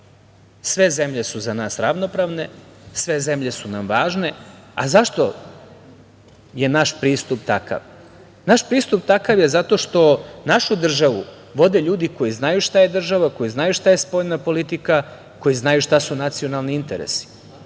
Sve zemlje su za nas ravnopravne, sve zemlje su nam važne.A zašto je naš pristup takav? Naš pristup je takav zato što našu državu vode ljudi koji znaju šta je država, koji znaju šta je spoljna politika, koji znaju šta su nacionalni interesi,